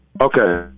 Okay